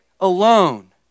alone